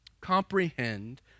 comprehend